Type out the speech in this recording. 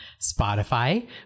Spotify